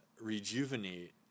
rejuvenate